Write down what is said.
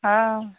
हाँ